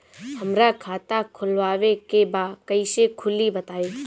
हमरा खाता खोलवावे के बा कइसे खुली बताईं?